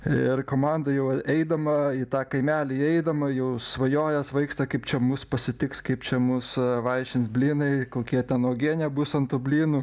ir komanda jau eidama į tą kaimelį eidama jau svajoja svaigsta kaip čia mus pasitiks kaip čia mus vaišins blynai kokia ten uogienė bus ant tų blynų